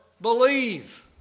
believe